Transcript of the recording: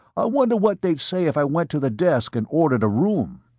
wonder what they'd say if i went to the desk and ordered a room.